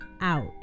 out